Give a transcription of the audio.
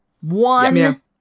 One